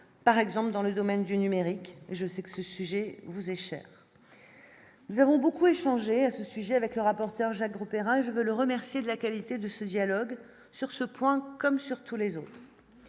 par exemple dans le domaine du numérique, je sais que ce sujet vous est cher. Nous avons beaucoup échangé à ce sujet avec le rapporteur Jacques Grosperrin, je veux le remercier de la qualité de ce dialogue sur ce point comme sur tous les autres.